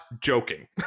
joking